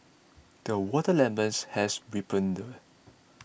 the watermelons has ripened